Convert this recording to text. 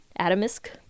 Adamisk